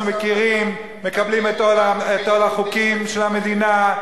אנחנו מקבלים את עול החוקים של המדינה,